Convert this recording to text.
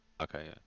Okay